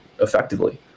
effectively